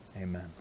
amen